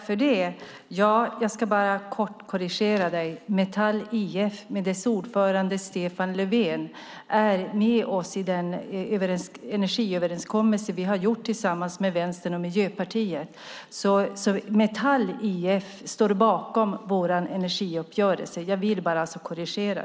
Fru talman! Jag ska kort korrigera dig, Staffan Anger. IF Metall med dess ordförande Stefan Löfven är med oss i den energiöverenskommelse vi har gjort tillsammans med Vänstern och Miljöpartiet. IF Metall står bakom vår energiuppgörelse.